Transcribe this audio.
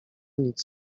nic